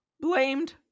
blamed